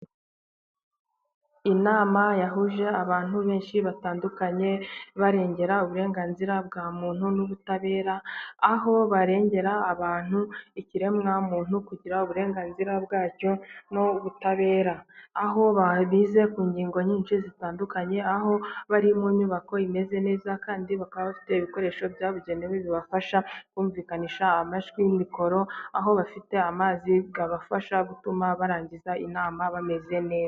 Inama yahuje abantu benshi batandukanye barengera uburenganzira bwa muntu n'ubutabera, aho barengera abantu ikiremwamuntu kugira uburenganzira bwacyo n'ubutabera, aho bize ku ngingo nyinshi zitandukanye aho bari mu nyubako imeze neza kandi bakaba bafite ibikoresho byabugenewe bibafasha kumvikanisha amajwi, mikoro, aho bafite amazi abafasha gutuma barangiza inama bameze neza.